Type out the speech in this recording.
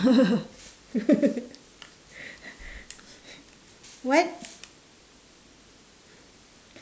what